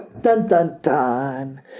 Dun-dun-dun